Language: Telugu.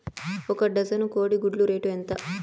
ఒక డజను కోడి గుడ్ల రేటు ఎంత?